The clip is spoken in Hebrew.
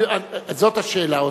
זאת השאלה.